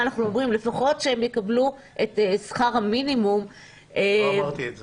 אנחנו אומרים: לפחות שהם יקבלו את שכר המינימום -- לא אמרתי את זה.